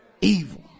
evil